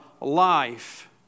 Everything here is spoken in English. life